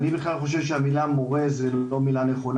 אני בכלל חושב שמורה זו לא המילה הנכונה.